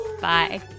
Bye